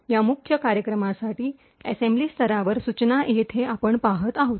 या मुख्य कार्यक्रमासाठी असेंब्ली स्तरावरील सूचना येथे आपण पाहत आहोत